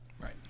Right